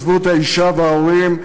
עזבו את האישה וההורים,